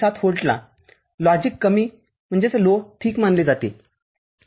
७ व्होल्टला लॉजिक कमी ठीक मानले जाते ठीक आहे